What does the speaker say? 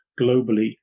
globally